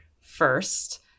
first